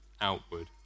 outward